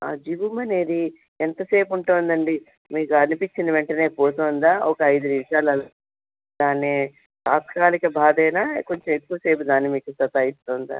ఆ జివ్వుమనేది ఎంతసేపు ఉంటోందండి మీకు అనిపించిన వెంటనే పోతోందా ఒక ఐదు నిమిషాలు అలానే తాత్కాలిక భాదేనా కొంచెం ఎక్కువ సేపు కానీ మీకు సతాయిస్తోందా